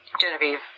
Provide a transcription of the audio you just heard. Genevieve